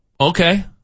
Okay